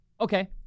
okay